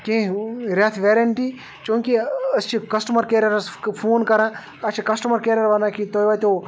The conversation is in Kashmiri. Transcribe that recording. کینٛہہ رٮ۪تھ ویرَنٛٹی چوٗنٛکہ أسۍ چھِ کَسٹمَر کیریرَس فون کَران اَسہِ چھِ کَسٹمَر کیریر وَنان کہ تۄہِہ واتیٚو